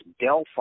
Delphi